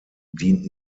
dient